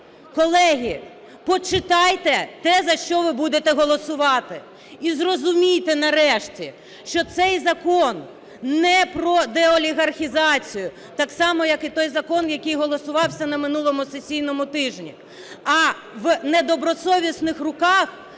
Колеги, почитайте те, за що ви будете голосувати і зрозумійте нарешті, що цей закон не про деолігархізацію, так само, як і той закон, який голосувався на минулому сесійному тижні. А в недобросовісних руках